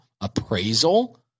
Appraisal